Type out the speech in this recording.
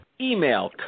Email